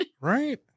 Right